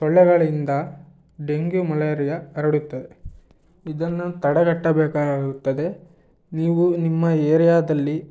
ಸೊಳ್ಳೆಗಳಿಂದ dengue malaria ಹರಡುತ್ತವೆ ಇದನ್ನು ತಡೆಗಟ್ಟಬೇಕಾಗುತ್ತದೆ ನೀವು ನಿಮ್ಮ ಏರಿಯಾದಲ್ಲಿ